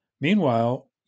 Meanwhile